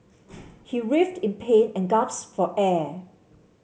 he writhed in pain and for air